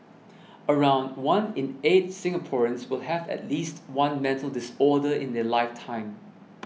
around one in eight Singaporeans will have at least one mental disorder in their lifetime